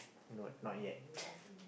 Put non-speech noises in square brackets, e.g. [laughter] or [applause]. not not yet [noise]